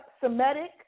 Semitic